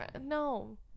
No